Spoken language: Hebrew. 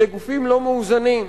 אלה גופים לא מאוזנים,